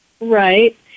Right